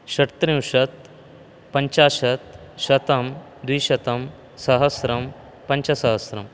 षड्त्रिंशत् पञ्चाशत् शतम् द्विशतम् सहस्रम् पञ्चसहस्रम्